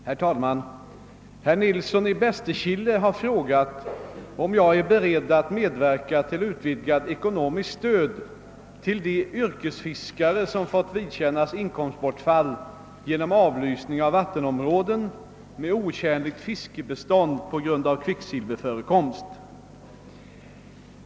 Herr talman! Herr Nilsson i Bästekille har frågat om jag är beredd att medverka till utvidgat ekonomiskt stöd till de yrkesfiskare som fått vidkännas inkomstbortfall genom avlysning av vattenområden med otjänligt fiskbestånd på grund av kvicksilverförekomst.